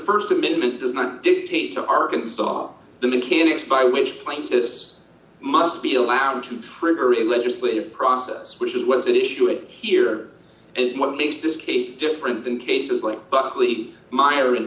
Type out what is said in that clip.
st amendment does not dictate to arkansas the mechanics by which plaintiffs must be allowed to print or in legislative process which is what is an issue in here and what makes this case different than cases like buckley myron